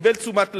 שקיבל תשומת לב,